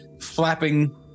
flapping